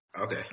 Okay